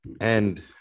and-